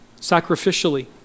sacrificially